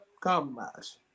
compromise